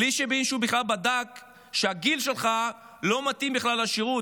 בלי שמישהו בכלל בדק שהגיל שלהם לא מתאים בכלל לשירות.